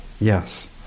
Yes